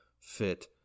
fit